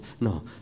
No